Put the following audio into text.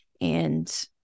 And-